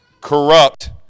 Corrupt